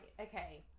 okay